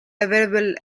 available